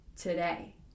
today